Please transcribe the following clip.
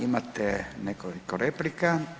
Imate nekoliko replika.